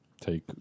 take